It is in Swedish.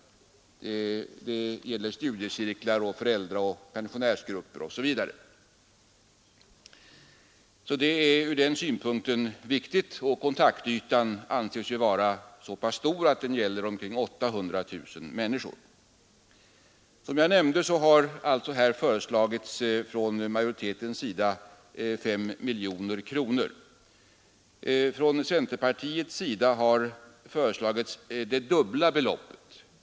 Det gäller studiecirklar, föräldraoch pensionärsgrupper osv. Kontaktytan anses vara så stor att den gäller omkring 800 000 människor. Som jag nämnde har alltså utskottsmajoriteten föreslagit 5 miljoner kronor. Centerpartiet har föreslagit det dubbla beloppet.